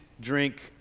drink